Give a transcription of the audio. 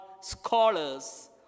scholars